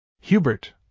Hubert